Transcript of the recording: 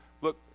look